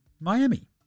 Miami